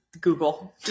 google